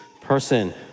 person